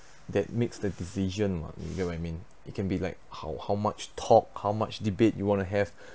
that makes the decision what you get what I mean it can be like how how much talk how much debate you want to have